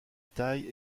taille